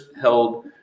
held